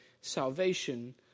Salvation